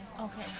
Okay